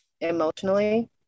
Emotionally